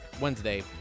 Wednesday